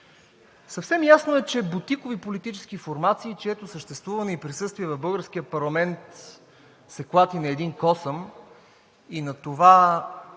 Съвсем ясно е, че бутикови политически формации, чието съществуване и присъствие в българския парламент се клати на един косъм и на това